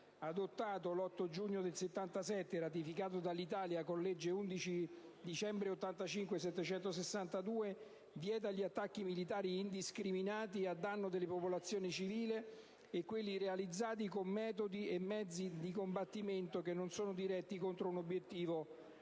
adottato l'8 giugno del 1977 e ratificato dall'Italia con legge 11 dicembre 1985 n. 762, vieta gli attacchi militari indiscriminati a danno delle popolazioni civili e quelli realizzati con metodi e mezzi di combattimento che non sono diretti contro un obiettivo